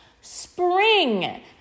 Spring